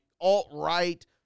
alt-right